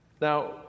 Now